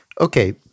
okay